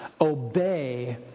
obey